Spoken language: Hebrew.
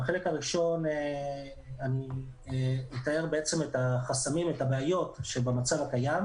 בחלק הראשון אתאר את החסמים ואת הבעיות במצב הקיים,